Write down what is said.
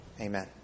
Amen